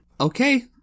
Okay